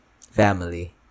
family